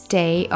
day